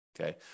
okay